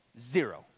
Zero